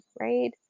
right